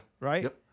Right